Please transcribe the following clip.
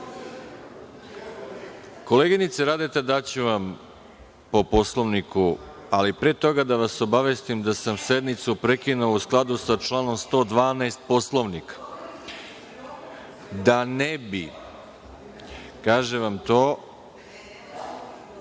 Radeta, daću vam po Poslovniku, ali pre toga da vas obavestim da sam sednicu prekinuo u skladu sa članom 112. Poslovnika, da ne bi, kažem vam to